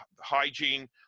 hygiene